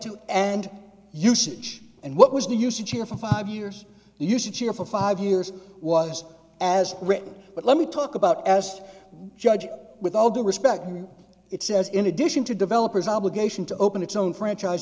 to and usage and what was the usage of five years you should cheer for five years was as written but let me talk about as judge with all due respect here it says in addition to developers obligation to open its own franchise